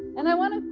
and i want to